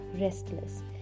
restless